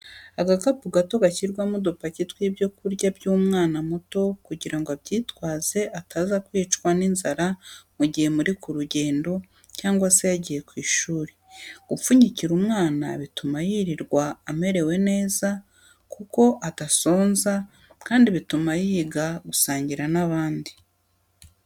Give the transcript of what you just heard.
Agakapu gato gashyirwa udupaki tw'ibyo kurya by'umwana muto kugira ngo abyitwaze ataza kwicwa n'inzara mu gihe muri ku rugendo cyangwa se yagiye ku ishuri, gupfunyikira umwana bituma yirirwa amerewe neza kuko adasonza kandi bituma yiga gusangira n'abandi.